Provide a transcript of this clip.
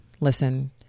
listen